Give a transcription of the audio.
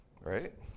Right